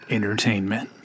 Entertainment